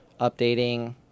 updating